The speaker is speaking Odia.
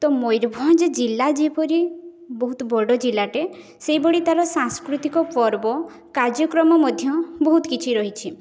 ତ ମୟୂରଭଞ୍ଜ ଜିଲ୍ଲା ଯେପରି ବହୁତ ବଡ଼ ଜିଲ୍ଲାଟିଏ ସେହିଭଳି ତାର ସାଂସ୍କୃତିକ ପର୍ବ କାର୍ଯ୍ୟକ୍ରମ ମଧ୍ୟ ବହୁତ କିଛି ରହିଛି